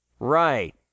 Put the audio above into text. Right